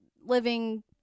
living